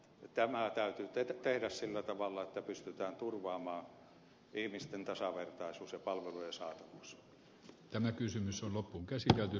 tämä täytyy tehdä sillä tavalla että pystytään turvaamaan ihmisten tasavertaisuus ja palvelujen saatavuus